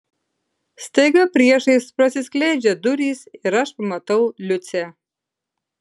staiga priešais prasiskleidžia durys ir aš pamatau liucę